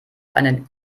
einen